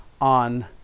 on